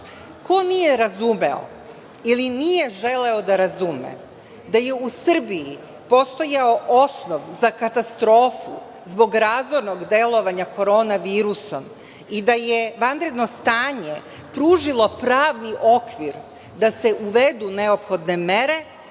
nije razumeo ili nije želeo da razume da je u Srbiji postojao osnov za katastrofu zbog razornog delovanja Koronavirusom i da je vanredno stanje pružilo pravni okvir da se uvedu neophodne mere